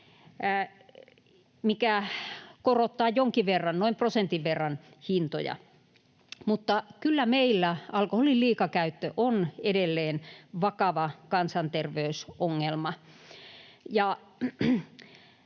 mikä korottaa jonkin verran, noin prosentin verran, hintoja. Mutta kyllä meillä alkoholin liikakäyttö on edelleen vakava kansanterveysongelma.